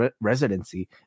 residency